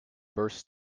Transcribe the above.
burst